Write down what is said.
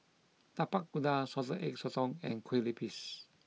Tapak Kuda Salted Egg Sotong and Kueh Lupis